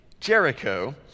Jericho